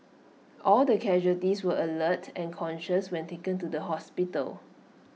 all the casualties were alert and conscious when taken to the hospital